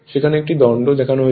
সেখানে একটি দণ্ড দেখান হয়েছিল